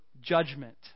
judgment